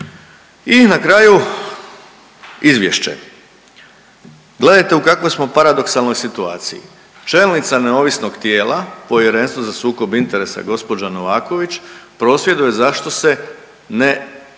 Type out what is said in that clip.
I na kraju izvješće, gledajte u kakvoj smo paradoksalnoj situaciji, čelnica neovisnog tijela Povjerenstva za sukob interesa gospođa Novaković prosvjeduje zašto se ne